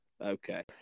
Okay